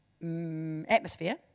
atmosphere